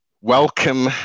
Welcome